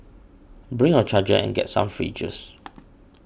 bring your charger and get some free juice